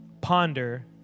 ponder